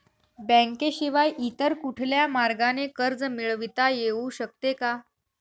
बँकेशिवाय इतर कुठल्या मार्गाने कर्ज मिळविता येऊ शकते का?